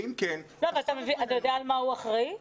אתה יודע על מה הוא אחראי?